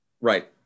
Right